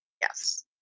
Yes